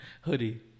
hoodie